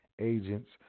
agents